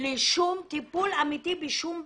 לשום טיפול אמיתי בשום בעיה.